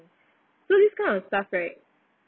so this kind of stuff right